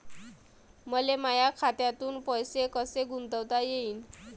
मले माया खात्यातून पैसे कसे गुंतवता येईन?